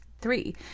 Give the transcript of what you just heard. three